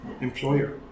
employer